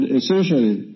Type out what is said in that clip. essentially